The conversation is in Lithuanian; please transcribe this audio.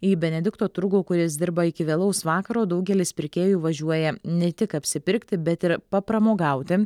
į benedikto turgų kuris dirba iki vėlaus vakaro daugelis pirkėjų važiuoja ne tik apsipirkti bet ir papramogauti